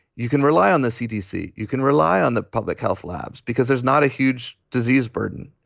you can rely on the cdc, you can rely on the public health labs because there's not a huge disease burden.